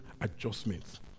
adjustments